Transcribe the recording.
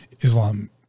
Islam